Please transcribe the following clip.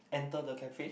enter the cafe